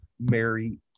Mary